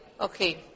Okay